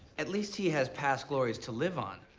at least he has past glories to live on.